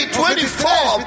24